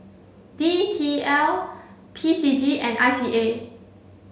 D T L P C G and I C A